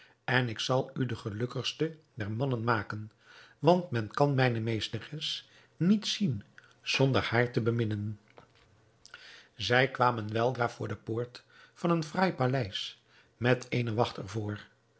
en ik zal u den gelukkigsten der mannen maken want men kan mijne meesteres niet zien zonder haar te beminnen zij kwamen weldra voor de poort van een fraai paleis met eene wacht